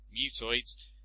mutoids